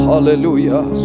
Hallelujah